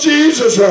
Jesus